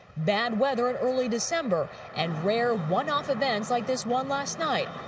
bad weather and early december and rare one-off events like this one last night,